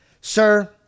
Sir